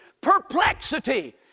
Perplexity